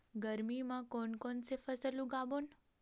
गरमी मा कोन कौन से फसल उगाबोन?